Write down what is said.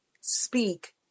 speak